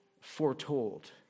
foretold